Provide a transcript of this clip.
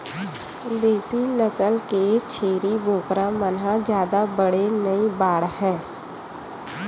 देसी नसल के छेरी बोकरा मन ह जादा बड़े नइ बाड़हय